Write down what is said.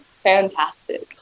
fantastic